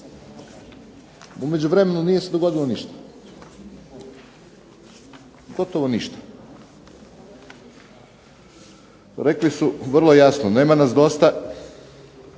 U međuvremenu nije se dogodilo ništa. Gotovo ništa. Rekli su vrlo jasno nema nas dosta,